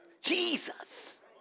Jesus